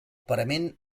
parament